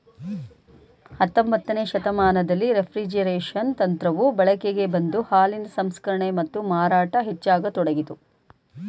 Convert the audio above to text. ಹತೊಂಬತ್ತನೇ ಶತಮಾನದಲ್ಲಿ ರೆಫ್ರಿಜರೇಷನ್ ತಂತ್ರವು ಬಳಕೆಗೆ ಬಂದು ಹಾಲಿನ ಸಂಸ್ಕರಣೆ ಮತ್ತು ಮಾರಾಟ ಹೆಚ್ಚಾಗತೊಡಗಿತು